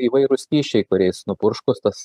įvairūs skysčiai kuriais nupurškus tas